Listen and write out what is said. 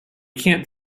can’t